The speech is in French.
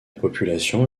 population